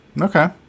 Okay